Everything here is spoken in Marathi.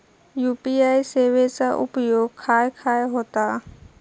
यू.पी.आय सेवेचा उपयोग खाय खाय होता?